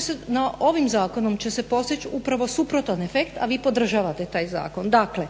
se, ovim zakonom će se postići upravo suprotan efekt a vi podržavate taj zakon. Dakle